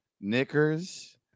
Knickers